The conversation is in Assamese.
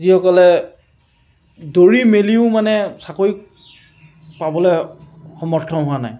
যিসকলে দৌৰি মেলিও মানে চাকৰি পাবলৈ সমৰ্থ হোৱা নাই